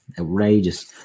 outrageous